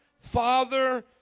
father